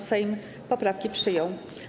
Sejm poprawki przyjął.